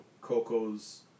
Coco's